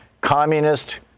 communist